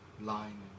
line